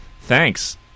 thanks